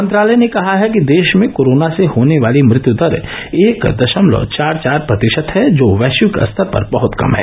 मंत्रालय ने कहा है कि देश में कोरोना से होने वाली मृत्यू दर एक दशमलव चार चार प्रतिशत है जो वैश्विक स्तर पर बहत कम है